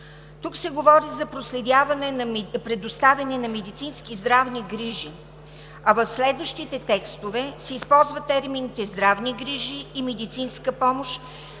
Тук се говори за предоставяне на медицински здравни грижи, а в следващите текстове се използват термините „здравни грижи“ и „медицинска помощ“,